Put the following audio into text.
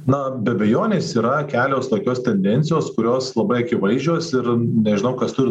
na be abejonės yra kelios tokios tendencijos kurios labai akivaizdžios ir nežinau kas turi